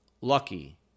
lucky